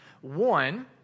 One